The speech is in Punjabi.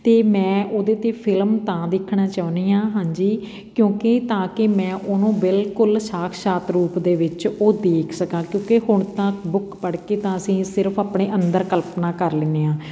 ਅਤੇ ਮੈਂ ਓਹਦੇ 'ਤੇ ਫਿਲਮ ਤਾਂ ਵੇਖਣਾ ਚਾਹੁੰਦੀ ਹਾਂ ਹਾਂਜੀ ਕਿਉਂਕਿ ਤਾਂ ਕਿ ਮੈਂ ਓਹਨੂੰ ਬਿਲਕੁਲ ਸ਼ਾਕਸ਼ਾਤ ਰੂਪ ਦੇ ਵਿੱਚ ਉਹ ਦੇਖ ਸਕਾਂ ਕਿਉਂਕਿ ਹੁਣ ਤਾਂ ਬੁੱਕ ਪੜ੍ਹ ਕੇ ਤਾਂ ਅਸੀਂ ਸਿਰਫ ਆਪਣੇ ਅੰਦਰ ਕਲਪਨਾ ਕਰ ਲੈਂਦੇ ਹਾਂ